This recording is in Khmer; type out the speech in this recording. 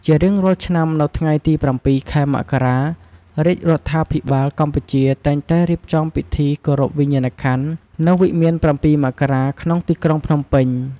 ជារៀងរាល់ឆ្នាំ នៅថ្ងៃទី៧ ខែមករា រាជរដ្ឋាភិបាលកម្ពុជាតែងតែរៀបចំពិធីគោរពវិញ្ញាណក្ខន្ធនៅវិមាន៧ មករា ក្នុងទីក្រុងភ្នំពេញ ។